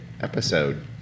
episode